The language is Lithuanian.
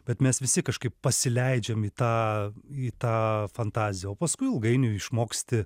bet mes visi kažkaip pasileidžiam į tą į tą fantaziją o paskui ilgainiui išmoksti